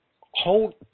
hold